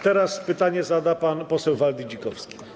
Teraz pytanie zada pan poseł Waldy Dzikowski.